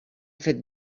fet